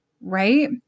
right